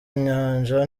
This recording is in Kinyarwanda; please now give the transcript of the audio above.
nyanja